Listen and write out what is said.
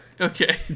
Okay